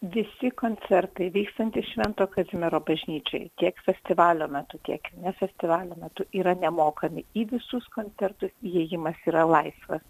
visi koncertai vykstantys švento kazimiero bažnyčioj tiek festivalio metu tiek ne festivalio metu yra nemokami į visus koncertus įėjimas yra laisvas